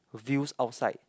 views outside